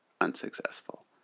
unsuccessful